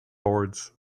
boards